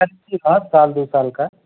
एक आध साल दू सालके